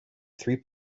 three